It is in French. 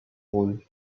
rôle